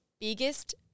biggest